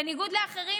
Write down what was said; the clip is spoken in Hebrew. בניגוד לאחרים,